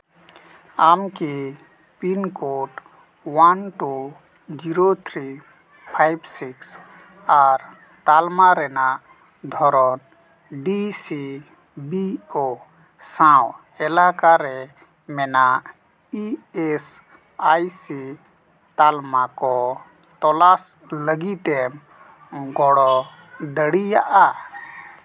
ᱟᱢᱠᱤ pin code one two zero three five six ᱟᱨ ᱛᱟᱞᱢᱟ ᱨᱮᱱᱟᱜ ᱫᱷᱚᱨᱚᱱ ᱰᱤ ᱥᱤ ᱵᱤ ᱳ ᱥᱟᱶ ᱮᱞᱟᱠᱟ ᱨᱮ ᱢᱮᱱᱟᱜ ᱤ ᱮᱥ ᱟᱭ ᱥᱤ ᱛᱟᱞᱢᱟ ᱠᱚ ᱛᱚᱞᱟᱥ ᱞᱟᱹᱜᱤᱫ ᱮᱢ ᱜᱚᱲᱚ ᱫᱟᱲᱤᱭᱟᱜᱼᱟ